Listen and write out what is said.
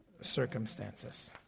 circumstances